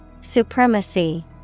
Supremacy